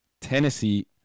Tennessee